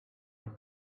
and